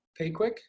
PayQuick